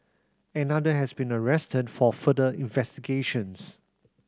another has been arrested for further investigations